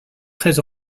très